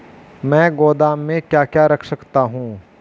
मैं गोदाम में क्या क्या रख सकता हूँ?